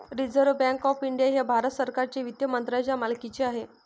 reserve bank of India हे भारत सरकारच्या वित्त मंत्रालयाच्या मालकीचे आहे